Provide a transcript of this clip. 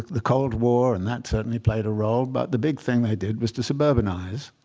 the cold war. and that certainly played a role. but the big thing they did was to suburbanize,